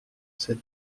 ces